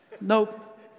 Nope